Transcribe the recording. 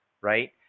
right